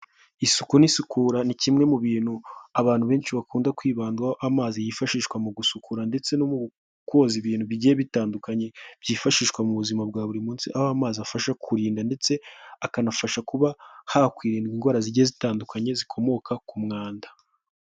Isuku n'isukura ni kimwe mu bintu abantu benshi bakunda kwibandaho, amazi yifashishwa mu gusukura ndetse no mukoza ibintu bigiye bitandukanye, byifashishwa mu buzima bwa buri munsi, aho amazi afasha kurinda ndetse akanafasha kuba hakwirindwa indwara zigiye zitandukanye zikomoka ku mwanda.